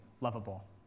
lovable